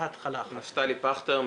נפתלי פכטר,